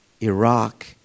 Iraq